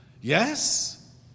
Yes